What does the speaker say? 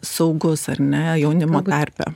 saugus ar ne jaunimo tarpe